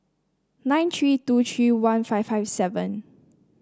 nine three two three one five five seven